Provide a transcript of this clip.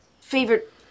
favorite